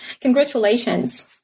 Congratulations